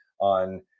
on